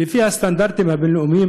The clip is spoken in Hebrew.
לפי הסטנדרטים הבין-לאומיים,